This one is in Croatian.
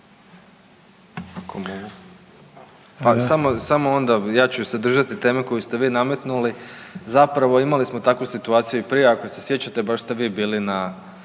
se/… ja ću se držati teme koju ste vi nametnuli, zapravo imali smo takvu situaciju i prije ako se sjećate baš ste vi bili na